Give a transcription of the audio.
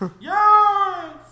Yes